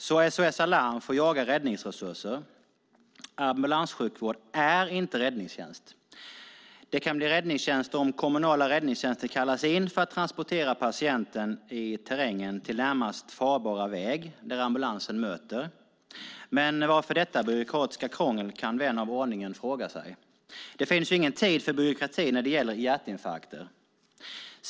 SOS Alarm får därför jaga räddningsresurser. Ambulanssjukvård är inte räddningstjänst. Det kan bli räddningstjänst om den kommunala räddningstjänsten kallas in för att transportera patienten i terrängen till närmast farbara väg där ambulans möter. Men varför detta byråkratiska krångel? Det kan vän av ordning fråga sig. Det finns ingen tid för byråkrati när det gäller hjärtinfarkter.